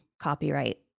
copyright